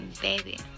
baby